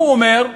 הוא אמר: